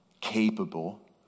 capable